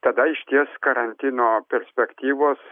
tada išties karantino perspektyvos